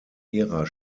ihrer